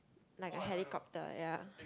like a helicopter ya